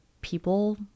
people